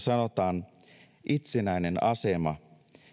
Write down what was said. sanotaan itsenäinen asema